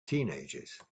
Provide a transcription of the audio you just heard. teenagers